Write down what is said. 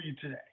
today